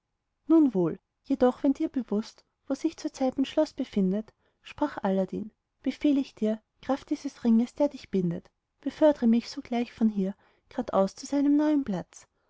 nun wohl jedoch wenn dir bewußt wo sich zurzeit mein schloß befindet sprach aladdin befehl ich dir kraft dieses ringes der dich bindet befördre mich sogleich von hier gradaus an seinen neuen platz